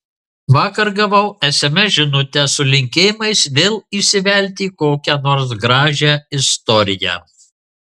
vakar gavau sms žinutę su linkėjimais vėl įsivelti į kokią nors gražią istoriją